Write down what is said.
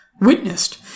witnessed